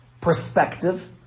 perspective